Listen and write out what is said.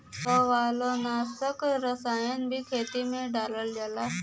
शैवालनाशक रसायन भी खेते में डालल जाला